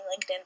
LinkedIn